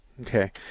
Okay